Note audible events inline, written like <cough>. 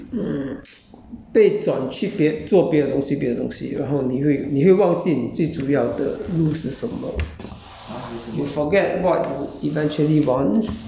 你就会变你就会被被 um <noise> 被转去别做别的东西别的东西然后你会你会忘记你最主要的路是什么